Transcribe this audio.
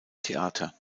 theater